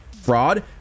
fraud